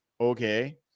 okay